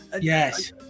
Yes